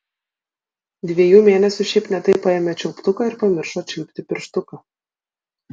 dviejų mėnesių šiaip ne taip paėmė čiulptuką ir pamiršo čiulpti pirštuką